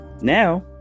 Now